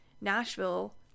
Nashville